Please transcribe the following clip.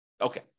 Okay